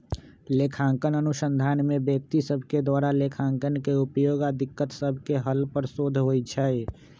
लेखांकन अनुसंधान में व्यक्ति सभके द्वारा लेखांकन के उपयोग आऽ दिक्कत सभके हल पर शोध होइ छै